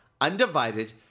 undivided